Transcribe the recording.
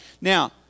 Now